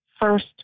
first